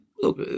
Look